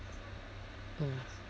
mm